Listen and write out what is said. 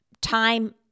time